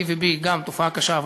גם ב-A ו-B התופעה קשה,